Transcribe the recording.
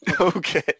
Okay